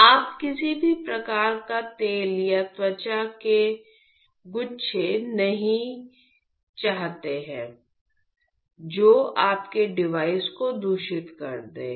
आप किसी भी प्रकार का तेल या त्वचा के गुच्छे नहीं चाहते हैं जो आपके डिवाइस को दूषित कर दें